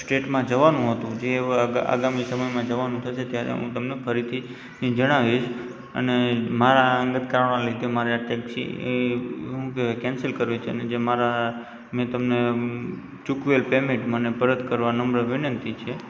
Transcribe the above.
સ્ટેટમાં જવાનું હતું જે અગામી સમયમાં જવાનું થશે ત્યારે હું તમને ફરીથી જણાવીશ અને મારા અંગત કારણોને લીધે મારે આ ટૅક્ષી શું કહેવાય કૅન્સલ કરવી છે ને જે મારા મેં તમને ચૂકવેલ પેમેન્ટ મને પરત કરવા નમ્ર વિનંતી છે